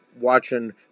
watching